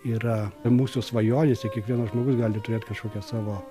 yra mūsų svajonėse kiekvienas žmogus gali turėt kažkokią savo